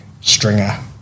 stringer